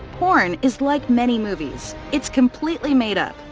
porn is like many movies, it's completely made up.